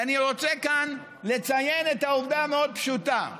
ואני רוצה כאן לציין את העובדה המאוד-פשוטה: